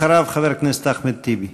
אחריו, חבר הכנסת אחמד טיבי.